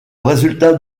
résultat